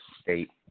state